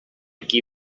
qui